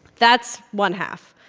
that's one half.